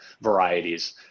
varieties